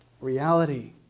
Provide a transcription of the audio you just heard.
reality